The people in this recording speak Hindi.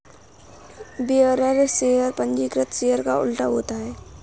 बेयरर शेयर पंजीकृत शेयर का उल्टा होता है